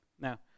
Now